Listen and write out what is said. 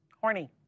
horny